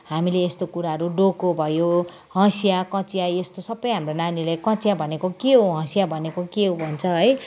हामीले यस्तो कुराहरू डोको भयो हँसिया कचिया यस्तो सबै हाम्रो नानीहरूले कचिया भनेको के हो हँसिया भनेको के हो भन्छ है